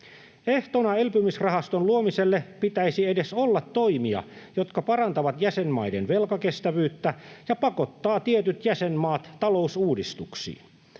Ehtona elpymisrahaston luomiselle pitäisi edes olla toimia, jotka parantavat jäsenmaiden velkakestävyyttä ja pakottavat tietyt jäsenmaat talousuudistuksiin.